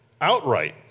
outright